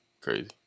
Crazy